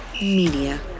Media